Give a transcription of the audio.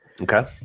Okay